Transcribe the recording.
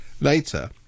later